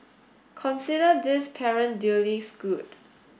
consider this parent duly schooled